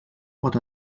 pot